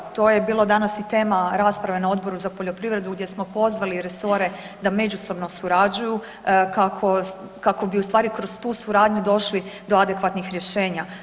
To je bilo danas i tema rasprave na Odboru za poljoprivredu gdje smo pozvali resore da međusobno surađuju kako bi ustvari, kroz tu suradnju došli do adekvatnih rješenja.